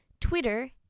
Twitter